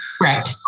correct